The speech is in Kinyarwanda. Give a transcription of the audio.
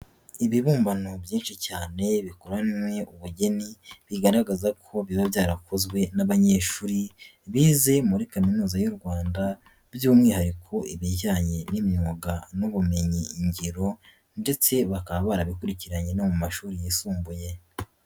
Ibibumbano byinshi cyane bikoranywe ubugeni bigaragaza ko biba byarakozwe n'abanyeshuri bize muri kaminuza y'u Rwanda by'umwihariko ibijyanye n'imyuga n'ubumenyigiro ndetse bakaba barabikurikiranye no mu mashuri yisumbuye.